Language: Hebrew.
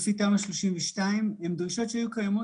הדרישות לפי תמ"א 32 הן דרישות שהיו קיימות